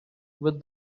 with